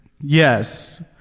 Yes